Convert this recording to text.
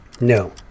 No